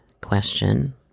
question